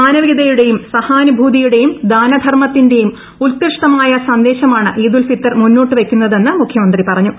മാനവികതയുടെയും സഹാനുഭൂതിയുടെയും ദാനധർമ്മത്തിന്റെയും ഉത്കൃഷ്ടമായ സന്ദേശമാണ് ഈദുൽഫിത്തർ മുന്നോട്ടുവയ്ക്കുന്നതെന്ന് മുഖ്യമന്ത്രി പറഞ്ഞു